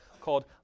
called